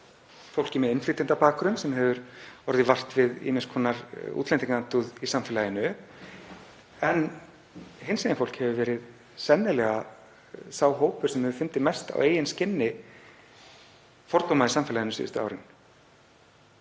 fólki með innflytjendabakgrunn sem hefur orðið vart við ýmiss konar útlendingaandúð í samfélaginu en hinsegin fólk hefur sennilega verið sá hópur sem hefur fundið mest á eigin skinni fordóma í samfélaginu síðustu árin,